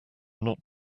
not